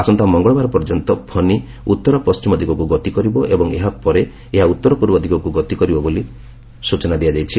ଆସନ୍ତା ମଙ୍ଗଳବାର ପର୍ଯ୍ୟନ୍ତ ଫନି ଉଉରପଣ୍ଟିମ ଦିଗକୁ ଗତି କରିବ ଏବଂ ଏହା ପରେ ଏହା ଉତ୍ତରପୂର୍ବ ଦିଗକୁ ଗତି କରିବ ବୋଲି ସ୍ଚଚନା ଦିଆଯାଇଛି